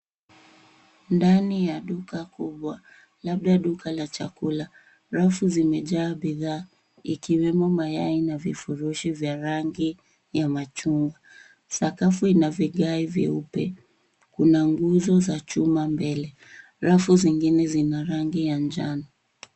Ndani ya duka kubwa, labda duka la chakula. Rafu zimejaa bidhaa ikiwemo mayai na vifurushi vya rangi ya machungwa. Sakafu ina vigae vyeupe. Kuna nguzo za chuma mbele. Rafu zingine zina rangi ya njano.